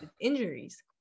injuries